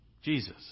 Jesus